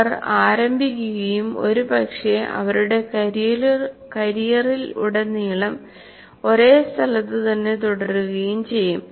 അവർ ആരംഭിക്കുകയും ഒരുപക്ഷേ അവരുടെ കരിയറിൽ ഉടനീളം ഒരേ സ്ഥലത്ത് തന്നെ തുടരുകയും ചെയ്യും